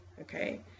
okay